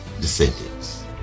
descendants